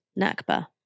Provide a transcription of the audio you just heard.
Nakba